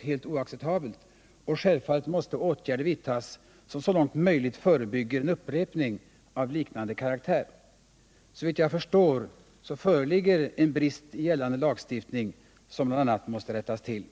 helt oacceptabelt, och självfallet måste åtgärder vidtas som så långt möjligt förebygger en upprepning av fall av likartad karaktär. Såvitt jag förstår föreligger en brist i gällande lagstiftning, som bl.a. måste rättas till.